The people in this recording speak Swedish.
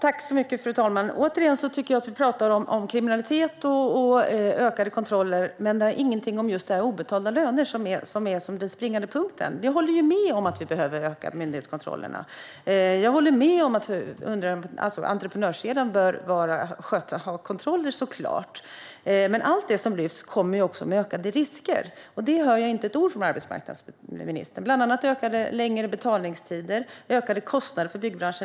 Fru talman! Återigen tycker jag att vi talar om kriminalitet och ökade kontroller men inte om obetalda löner, som är den springande punkten. Jag håller med om att vi behöver öka myndighetskontrollerna. Jag håller med om att entreprenörskedjan såklart bör ha kontroller. Men allt det som tas upp kommer med ökade risker, och det hör jag inte ett ord om från arbetsmarknadsministern. Bland annat finns det risk för längre betaltider och ökade kostnader för byggbranschen.